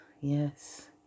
Yes